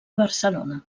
barcelona